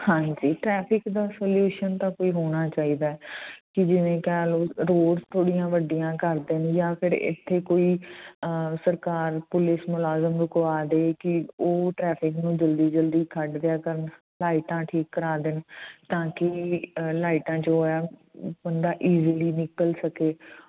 ਹਾਂਜੀ ਟਰੈਫਿਕ ਦਾ ਸਲਿਊਸ਼ਨ ਤਾਂ ਕੋਈ ਹੋਣਾ ਚਾਹੀਦਾ ਕਿ ਜਿਵੇਂ ਕਹਿ ਲਓ ਰੋਡਜ ਥੋੜ੍ਹੀਆਂ ਵੱਡੀਆਂ ਕਰ ਦੇਣ ਜਾਂ ਫਿਰ ਇੱਥੇ ਕੋਈ ਸਰਕਾਰ ਪੁਲਿਸ ਮੁਲਾਜ਼ਮ ਰੁਕਵਾ ਦੇ ਕਿ ਉਹ ਟਰੈਫਿਕ ਨੂੰ ਜਲਦੀ ਜਲਦੀ ਕੱਢ ਦਿਆ ਕਰਨ ਲਾਈਟਾਂ ਠੀਕ ਕਰਾ ਦੇਣ ਤਾਂ ਕਿ ਲਾਈਟਾਂ ਜੋ ਹੈ ਬੰਦਾ ਇਜ਼ੀਲੀ ਨਿਕਲ ਸਕੇ